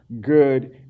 good